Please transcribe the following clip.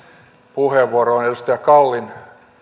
puheenvuoroon edustaja kallin